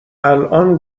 الان